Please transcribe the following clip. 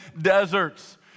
deserts